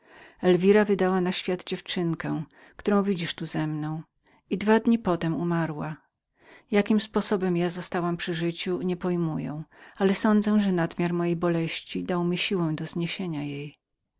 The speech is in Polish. elwira wydała na świat dziewczynę którą widzisz tu zemną i we dwa dni potem umarła jakim sposobem ja zostałam przy życiu nie pojmuję tego ale sądzę że nadmiar mojej boleści dał mi siłę do zniesienia jej